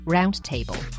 Roundtable